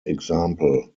example